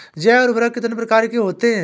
जैव उर्वरक कितनी प्रकार के होते हैं?